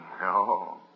No